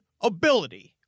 ability